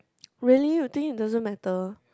really you think it doesn't matter